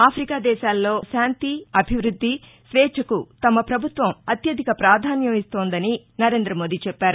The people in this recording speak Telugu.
ఆథికా దేశాల్లో శాంతి అభివృద్ది స్వేచ్చకు తమ పభుత్వం అత్యధిక పాధాన్యం ఇస్తోందని నరేంద మోదీ చెప్పారు